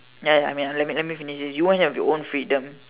ya I mean let let me finish this you want to have your own freedom